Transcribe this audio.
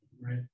Right